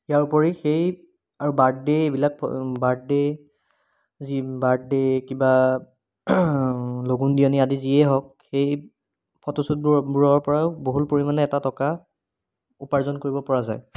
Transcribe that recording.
ইয়াৰ উপৰি সেই আৰু বাৰ্থডে' এইবিলাক প বাৰ্থডে' যি বাৰ্থডে' কিবা লগুণ দিয়নি আদি যিয়ে হওক সেই ফটোশ্বুটবোৰ বোৰৰ পৰাও বহুল পৰিমাণে এটা টকা উপাৰ্জন কৰিব পৰা যায়